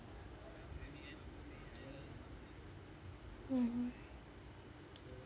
mmhmm